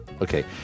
Okay